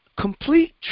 complete